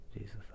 jesus